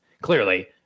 clearly